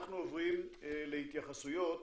אנחנו עוברים ל התייחסויות.